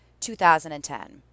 2010